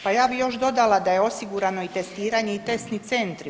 Pa ja bih još dodala da je osigurano i testiranje i testni centri.